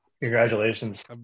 Congratulations